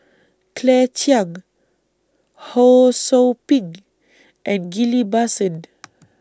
Claire Chiang Ho SOU Ping and Ghillie BaSan